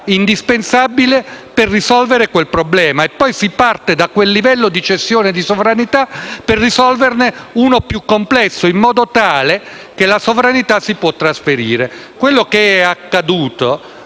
indispensabile per risolverlo, poi si parte da quel livello di cessione di sovranità per risolverne uno più complesso, in modo tale che la sovranità si può trasferire. Quello che è accaduto